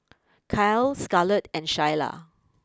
Kyle Scarlet and Shyla